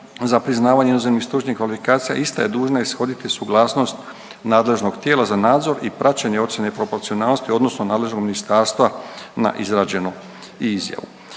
za priznavanje inozemnih stručnih kvalifikacija ista je dužna ishoditi suglasnost nadležnog tijela za nadzor i praćenje ocjene proporcionalnosti u odnosno nadležnog ministarstva na izrađenu i izjavu.